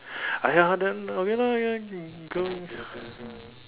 !aiya! then okay lah ya go